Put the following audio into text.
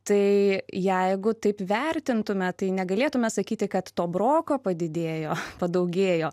tai jeigu taip vertintume tai negalėtume sakyti kad to broko padidėjo padaugėjo